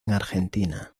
argentina